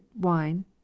wine